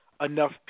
enough